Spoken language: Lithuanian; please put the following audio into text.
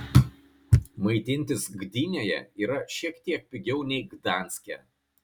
maitintis gdynėje yra šiek tiek pigiau nei gdanske